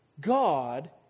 God